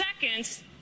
seconds